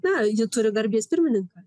na ji turi garbės pirmininką